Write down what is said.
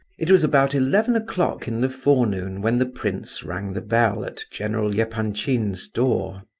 it was about eleven o'clock in the forenoon when the prince rang the bell at general yeah epanchin's door.